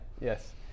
Yes